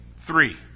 three